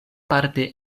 parte